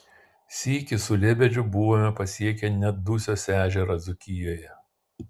sykį su lebedžiu buvome pasiekę net dusios ežerą dzūkijoje